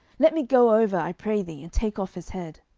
let me go over, i pray thee, and take off his head.